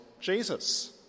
Jesus